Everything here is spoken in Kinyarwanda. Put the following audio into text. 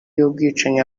y’ubwicanyi